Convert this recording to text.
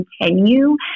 continue